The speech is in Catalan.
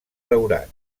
daurat